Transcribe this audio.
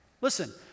Listen